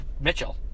Mitchell